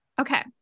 Okay